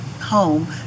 home